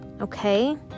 okay